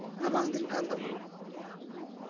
ᱨᱟᱵᱟᱝ ᱫᱤᱱ ᱠᱟᱱ ᱛᱟᱵᱚᱱᱟ